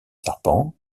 serpents